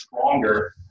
stronger